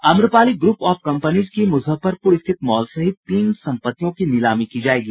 Amrapali group of companies की मूजफ्फरपूर स्थित mall सहित तीन संपत्तियों की नीलामी की जायेगी